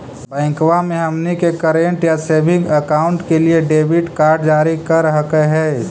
बैंकवा मे हमनी के करेंट या सेविंग अकाउंट के लिए डेबिट कार्ड जारी कर हकै है?